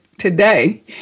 Today